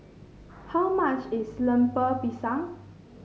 how much is Lemper Pisang